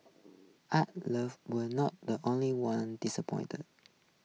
art love were not the only ones disappointed